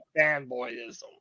fanboyism